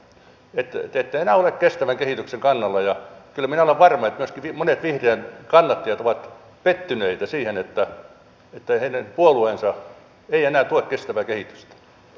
te ette enää ole kestävän kehityksen kannalla ja kyllä minä olen varma että myöskin monet vihreiden kannattajat ovat pettyneitä siihen että heidän puolueensa ei enää tue kestävää kehitystä